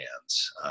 hands